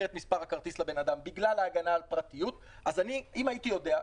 את מספר הכרטיס לבן אדם בגלל ההגנה על הפרטיות אם הייתי יודע,